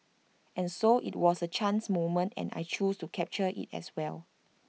and so IT was A chance moment and I chose to capture IT as well